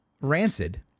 Rancid